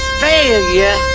failure